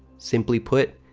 simply put,